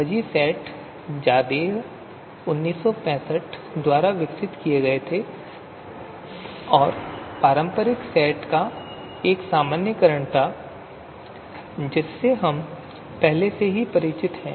fuzzy set Zadeh द्वारा प्रस्तावित किए गए थे और यह पारंपरिक सेट सिद्धांत का एक सामान्यीकरण था जिससे हम पहले से ही परिचित हैं